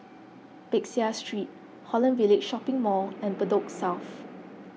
Peck Seah Street Holland Village Shopping Mall and Bedok South